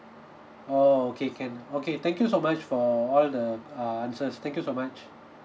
oh okay can okay thank you so much for all the uh answers thank you so much